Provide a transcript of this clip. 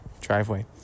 driveway